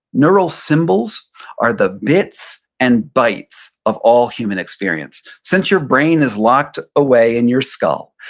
neural symbols are the bits and bytes of all human experience. since your brain is locked away in your skull,